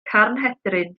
carnhedryn